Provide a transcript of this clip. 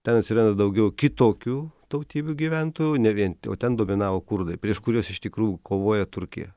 ten atsiranda daugiau kitokių tautybių gyventojų ne vien o ten dominavo kurdai prieš kuriuos iš tikrųjų kovoja turkija